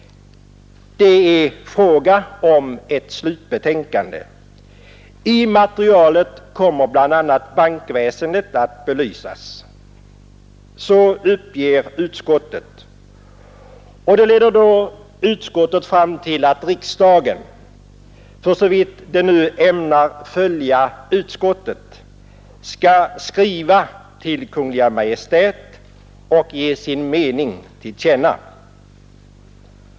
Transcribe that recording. Det är ett slutbetänkande. I materialet kommer bl.a. bankväsendet att belysas, uppger utskottet. Och detta leder då utskottet fram till att riksdagen — för så vitt den nu ämnar följa utskottet — skall skriva till Kungl. Maj:t och ge sin mening till känna.